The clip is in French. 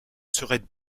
serait